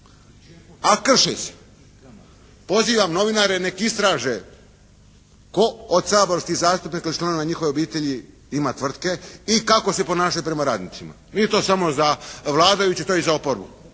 A krše se. Pozivam novinare nek istraže tko od saborskih zastupnika i članova njihove obitelji ima tvrtke i kako se ponašaju prema radnicima. Nije to samo za vladajuće, to je i za oporbu.